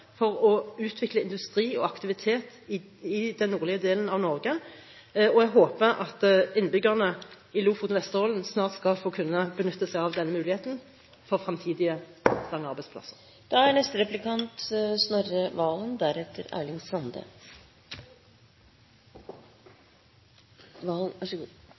for å utvikle industri og aktivitet i den nordlige delen av Norge, og jeg håper at innbyggerne i Lofoten og Vesterålen snart skal få benytte seg av denne muligheten for fremtidige interessante arbeidsplasser. I den sammenhengen er